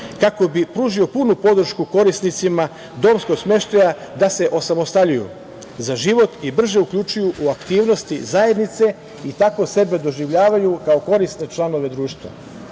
kako bi pružio punu podršku korisnicima domskog smeštaja da se osamostaljuju za život i brže uključuju u aktivnosti zajednice i tako sebe doživljavaju kao korisne članove društva. Inače,